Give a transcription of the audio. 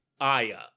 Aya